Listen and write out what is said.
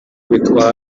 bitwara